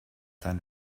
deinen